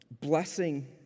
blessing